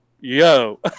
yo